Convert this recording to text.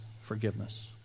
forgiveness